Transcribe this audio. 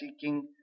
seeking